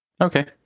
Okay